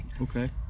Okay